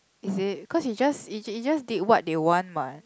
is it cause is just is is just did what they want what